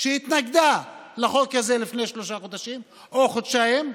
שהתנגדה לחוק הזה לפני שלושה חודשים או חודשיים,